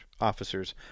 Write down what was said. officers